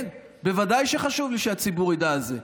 כן, בוודאי שחשוב לי שהציבור ידע על זה.